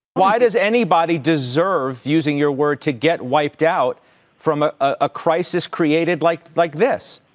why does anybody deserve, using your word, to get wiped out from a ah crisis created like like this?